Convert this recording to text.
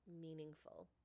meaningful